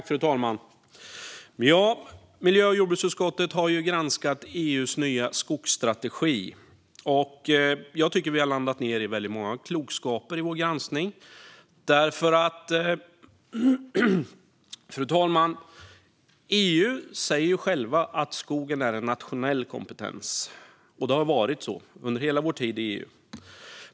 Fru talman! Miljö och jordbruksutskottet har granskat EU:s nya skogsstrategi. Jag tycker att vi har landat i väldigt många klokskaper i vår granskning. EU säger att skogen är en nationell kompetens. Det har varit så under hela vår tid i EU.